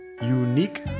Unique